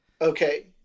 Okay